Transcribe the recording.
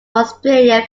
australia